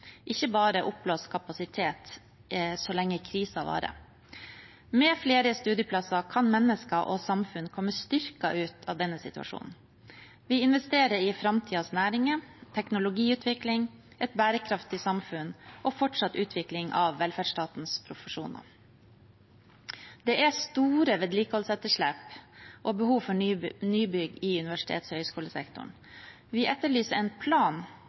ikke bare oppblåst kapasitet så lenge krisen varer. Med flere studieplasser kan mennesker og samfunn komme styrket ut av denne situasjonen. Vi investerer i framtidens næringer, teknologiutvikling, et bærekraftig samfunn og fortsatt utvikling av velferdsstatens profesjoner. Det er store vedlikeholdsetterslep og behov for nybygg i universitets- og høyskolesektoren. Vi etterlyser en plan